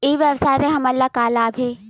ई व्यवसाय से हमन ला का लाभ हे?